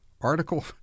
Article